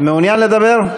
מעוניין לדבר?